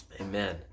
Amen